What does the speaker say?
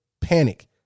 panic